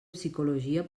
psicologia